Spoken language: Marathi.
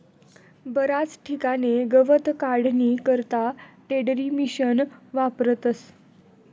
बराच ठिकाणे गवत काढानी करता टेडरमिशिन वापरतस